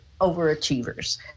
overachievers